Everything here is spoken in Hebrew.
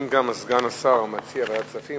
אם גם סגן השר מציע ועדת כספים,